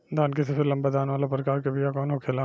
धान के सबसे लंबा दाना वाला प्रकार के बीया कौन होखेला?